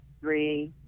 three